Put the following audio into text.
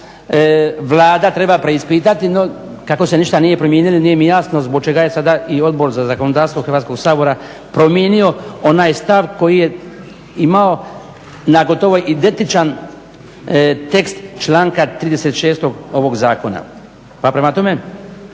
Vlada treba preispitati. No kako se ništa nije promijenilo nije mi jasno zbog čega je sada i Odbor za zakonodavstvo Hrvatskog sabora promijenio onaj stav koji je imao na gotovo identičan tekst članka 36.ovog zakona. Prema tome